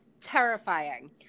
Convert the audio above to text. Terrifying